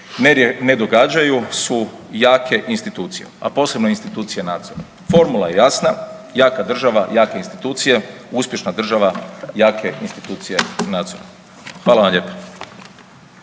ne događaju su jake institucije, a posebno institucije nadzora. Formula je jasna, jaka država jake institucije, uspješna država jake institucije u nadzoru. Hvala vam lijepo.